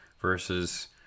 versus